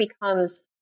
becomes